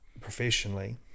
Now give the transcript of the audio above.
professionally